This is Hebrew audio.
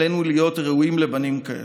עלינו להיות ראויים לבנים כאלה.